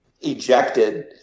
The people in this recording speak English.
ejected